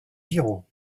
giraud